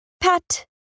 Pat